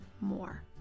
more